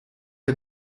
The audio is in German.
der